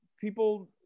people